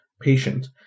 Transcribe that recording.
patient